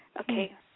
Okay